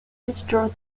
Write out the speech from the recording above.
restore